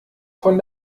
von